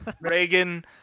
Reagan